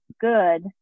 good